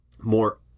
more